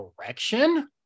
direction